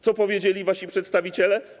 Co powiedzieli wasi przedstawiciele?